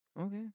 Okay